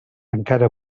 encara